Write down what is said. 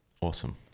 Awesome